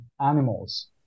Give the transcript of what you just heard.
animals